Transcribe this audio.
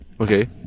Okay